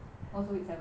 also week seven right